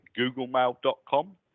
googlemail.com